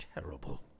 Terrible